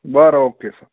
बरं okay sir